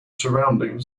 surrounding